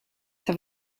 have